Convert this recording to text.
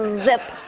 zip.